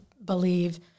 believe